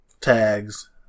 tags